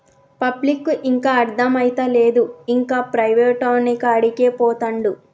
పబ్లిక్కు ఇంకా అర్థమైతలేదు, ఇంకా ప్రైవేటోనికాడికే పోతండు